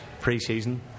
pre-season